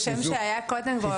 זה שם שהיה קודם.